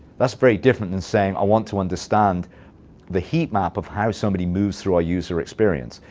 that's very different than saying, i want to understand the heat map of how somebody moves through our user experience.